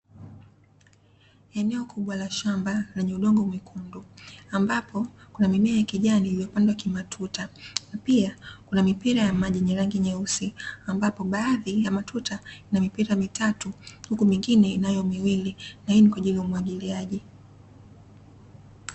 Eneo kubwa la shamba lenye udongo mwekeundu, ambapo kuna mimea ya kijani iliyopandwa kimatuta, na pia kuna mipira ya maji yenye rangi nyeusi, ambapo baadhi ya matuta ina mipira mitatu huku mingine inayomiwili, na hii ni kwa ajili ya umwagiliaji.